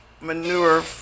manure